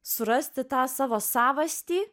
surasti tą savo savastį